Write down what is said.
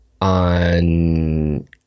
on